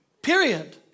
period